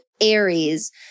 Aries